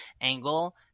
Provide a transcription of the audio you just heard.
angle